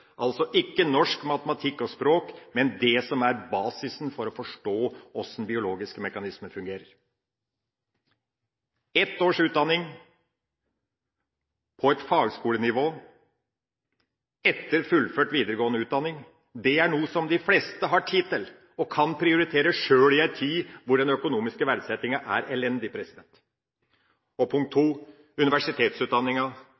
altså ikke i norsk, matematikk og språk, men i det som er basis for å forstå hvordan biologiske mekanismer fungerer. Ett års utdanning på fagskolenivå etter fullført videregående utdanning er noe som de fleste har tid til og kan prioritere, sjøl i ei tid da den økonomiske verdsettinga er elendig.